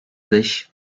dış